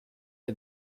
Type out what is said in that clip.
est